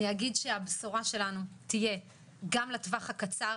אני אגיד, שהבשורה שלנו תהיה גם לטווח הקצר,